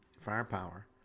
firepower